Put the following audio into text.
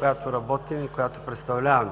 която работим и която представляваме.